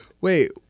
Wait